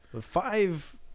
Five